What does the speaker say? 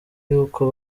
y’uko